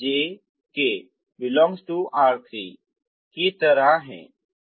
vi ijk R3 की तरह हैं